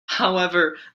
however